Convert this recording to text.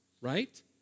right